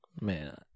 man